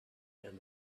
and